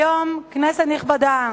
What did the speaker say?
היום, כנסת נכבדה,